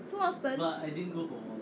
so often